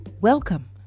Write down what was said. Welcome